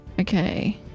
Okay